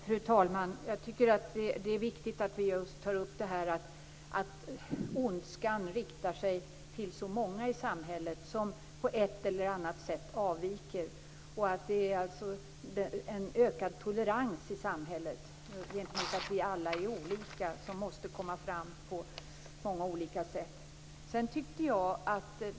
Fru talman! Jag tycker att det är viktigt att vi tar upp detta att ondskan riktar sig till så många i samhället som på ett eller annat sätt avviker. Det är en ökad tolerans i samhället mot att vi är olika som måste komma fram på många olika sätt.